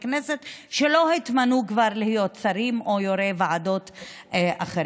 כנסת שלא התמנו כבר להיות שרים או יושבי-ראש ועדות אחרים.